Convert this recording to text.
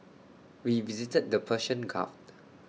we visited the Persian gulf